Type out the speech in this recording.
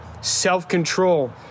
self-control